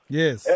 yes